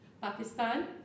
Pakistan